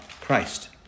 Christ